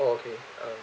oh okay um